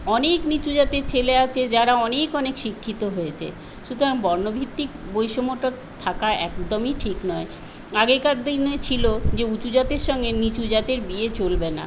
অনেক নিচু জাতের ছেলে আছে যারা অনেক অনেক শিক্ষিত হয়েছে সুতরাং বর্ণভিত্তিক বৈষম্যটা থাকা একদমই ঠিক নয় আগেকার দিনে ছিল যে উঁচু জাতের সঙ্গে নিচু জাতের বিয়ে চলবে না